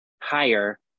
higher